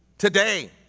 today.